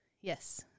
Yes